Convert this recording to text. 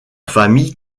famille